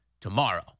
tomorrow